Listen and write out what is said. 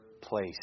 place